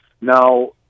Now